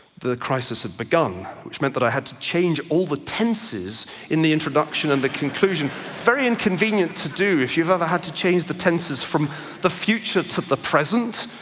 the crisis had begun, which meant that i had to change all the tenses in the introduction and the conclusion. it's very inconvenient to do if you've ever had to change the tenses from the future to the present.